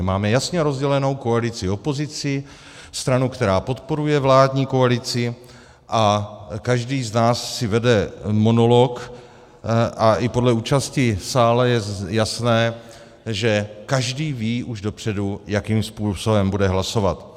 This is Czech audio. Máme jasně rozdělenou koalici, opozici, stranu, která podporuje vládní koalici, a každý z nás si vede monolog a i podle účasti v sále je jasné, že každý ví už dopředu, jakým způsobem bude hlasovat.